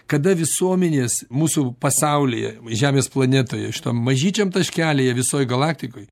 kada visuomenės mūsų pasaulyje žemės planetoje šitam mažyčiam taškelyje visoj galaktikoj